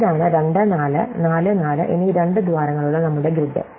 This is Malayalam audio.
ഇതാണ് 24 44 എന്നീ രണ്ട് ദ്വാരങ്ങളുള്ള നമ്മുടെ ഗ്രിഡ്